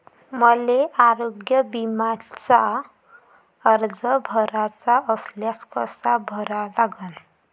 मले आरोग्य बिम्याचा अर्ज भराचा असल्यास कसा भरा लागन?